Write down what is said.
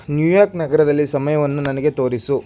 New York ನಗರದಲ್ಲಿ ಸಮಯವನ್ನು ನನಗೆ ತೋರಿಸು